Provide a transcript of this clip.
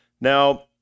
Now